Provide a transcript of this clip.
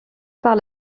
par